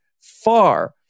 far